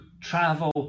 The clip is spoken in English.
travel